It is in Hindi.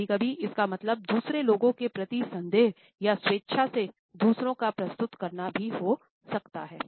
कभी कभी इसका मतलब दूसरे लोगों के प्रति संदेह या स्वेच्छा से दूसरों को प्रस्तुत करना भी हो सकता है